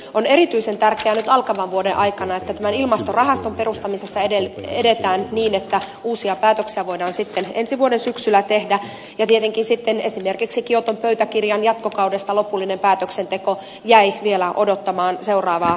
on erityisen tärkeää nyt alkavan vuoden aikana että ilmastorahaston perustamisessa edetään niin että uusia päätöksiä voidaan sitten ensi vuoden syksyllä tehdä ja tietenkin esimerkiksi lopullinen päätöksenteko kioton pöytäkirjan jatkokaudesta jäi vielä odottamaan seuraavaa osapuolikokousta